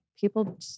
people